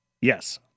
Yes